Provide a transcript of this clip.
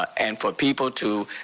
and for people to,